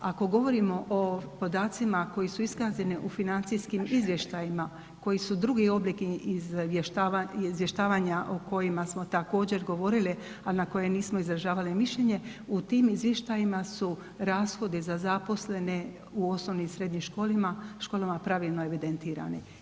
Ako govorimo o podacima koji su iskazani u financijskim izvještajima koji su drugi oblik izvještavanja o kojima smo također govorili a na koje nismo izražavali mišljenje, u tim izvještajima su rashodi za zaposlene u osnovnim i srednjim školama pravilno evidentirani.